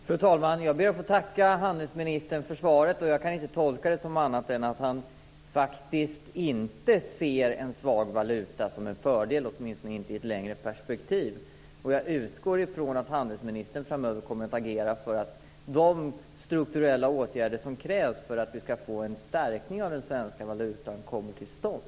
Fru talman! Jag ber att få tacka handelsministern för svaret. Jag kan inte tolka det annat än att han faktiskt inte ser en svag valuta som en fördel, åtminstone inte i ett längre perspektiv. Jag utgår från att handelsministern framöver kommer att agera för att de strukturella åtgärder som krävs för att få en stärkning av den svenska valutan kommer till stånd.